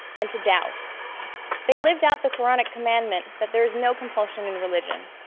and to doubt they lived out the koranic commandments that there is no compulsion in religion,